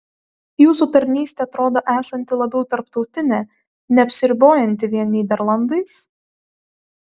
jūsų tarnystė atrodo esanti labiau tarptautinė neapsiribojanti vien nyderlandais